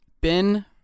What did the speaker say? Ben